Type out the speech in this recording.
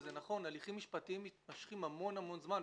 וזה נכון הליכים משפטיים מתמשכים המון זמן,